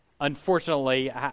Unfortunately